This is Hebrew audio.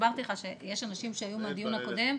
הסברתי שיש אנשים שהיו מהדיון הקודם,